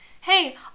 Hey